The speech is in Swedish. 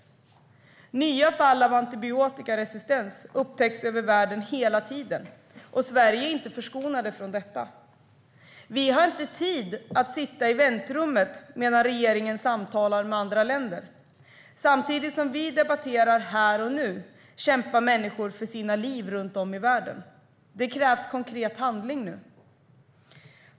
Nya fall av antibiotikaresistens upptäcks över världen hela tiden, och Sverige är inte förskonat från detta. Vi har inte tid att sitta i väntrummet medan regeringen samtalar med andra länder. Samtidigt som vi debatterar här och nu kämpar människor för sina liv runt om i världen. Det krävs konkret handling nu.